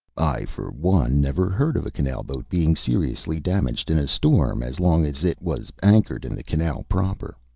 i, for one, never heard of a canal-boat being seriously damaged in a storm as long as it was anchored in the canal proper.